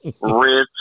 rich